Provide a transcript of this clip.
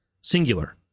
Singular